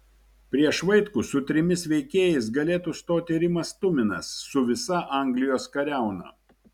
prieš vaitkų su trimis veikėjais galėtų stoti rimas tuminas su visa anglijos kariauna